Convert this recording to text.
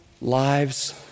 lives